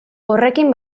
horrekin